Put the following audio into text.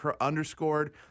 underscored